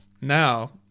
Now